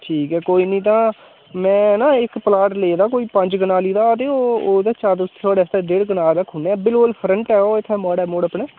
ठीक ऐ कोई निं तां में नां इक प्लाट लेदा कोई पंज कनाली दा ते ओह् ओह्दे चा थुआढ़े आस्तै डेढ कनाल रक्खी ओड़नेआं बिल्कुल फ्रंट ऐ ओह् इत्थै माड़ै मोड़ अपने